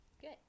Good